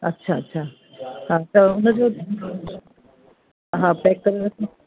अच्छा अच्छा हा त हुनजो हा पेक करे रखां